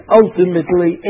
ultimately